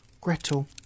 Gretel